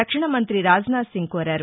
రక్షణ మంఁతి రాజ్ నాథ్ సింగ్ కోరారు